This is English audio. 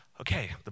okay